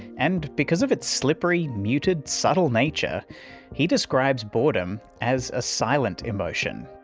and because of its slippery, muted, subtle nature he describes boredom as a silent emotion.